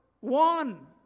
one